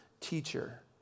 teacher